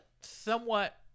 somewhat